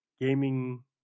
gaming